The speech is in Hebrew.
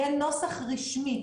יהיה נוסח רשמי,